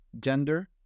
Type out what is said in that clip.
gender